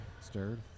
Stirred